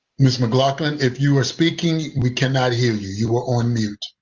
ms. mclaughlin, if you're speaking, we cannot hear you. you're on mute.